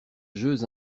jeux